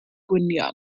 gwynion